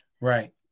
Right